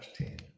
10